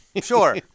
Sure